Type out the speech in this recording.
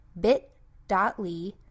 bit.ly